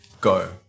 go